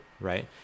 Right